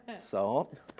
salt